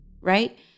right